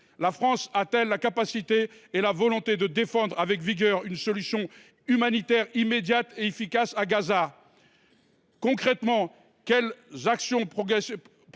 la France a t elle la capacité et la volonté de défendre avec vigueur une solution humanitaire immédiate et efficace à Gaza ? Concrètement, quelles actions proposez